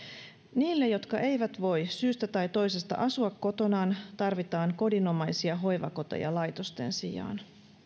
niille jotka eivät voi syystä tai toisesta asua kotonaan tarvitaan kodinomaisia hoivakoteja laitosten sijaan